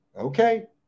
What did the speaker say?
okay